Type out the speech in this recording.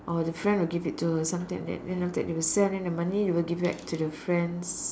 or the friend will give it to her something like that then after that they'll sell then the money they will give back to the friends